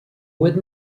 with